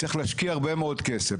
צריך להשקיע הרבה מאוד כסף,